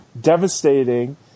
devastating